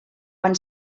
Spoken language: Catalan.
van